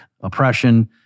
oppression